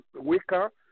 weaker